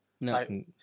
No